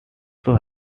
also